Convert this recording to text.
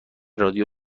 رادیو